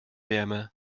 wärme